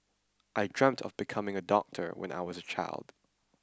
I dreamt of becoming a doctor when I was a child